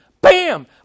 Bam